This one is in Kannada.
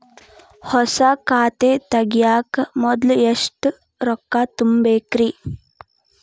ಹೊಸಾ ಖಾತೆ ತಗ್ಯಾಕ ಮೊದ್ಲ ಎಷ್ಟ ರೊಕ್ಕಾ ತುಂಬೇಕ್ರಿ?